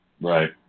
Right